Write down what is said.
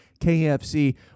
kfc